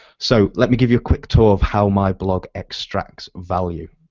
so let me give you a quick tour of how my blog extracts value.